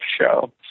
show